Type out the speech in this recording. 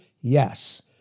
Yes